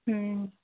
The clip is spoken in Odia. ହୁଁ